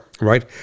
right